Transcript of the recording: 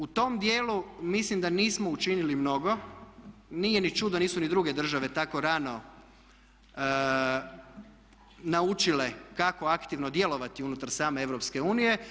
U tom dijelu mislim da nismo učinili mnogo, nije ni čudo, nisu ni druge države tako rano naučile kako aktivno djelovati unutar same Europske unije.